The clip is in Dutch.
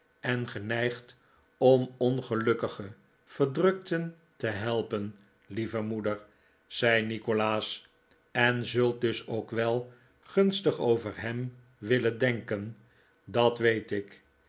en geneigd om ongelukkige verdrukten te helpen lieve moeder zei nikolaas en zult dus ook wel gunstig over hem willen denken dat weet ik